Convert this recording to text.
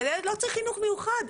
אבל הילד לא צריך חינוך מיוחד.